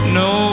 no